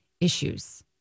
issues